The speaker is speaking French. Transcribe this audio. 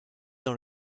dans